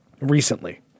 Recently